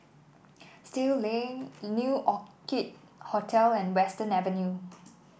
Still Lane New Orchid Hotel and Western Avenue